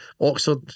Oxford